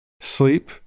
Sleep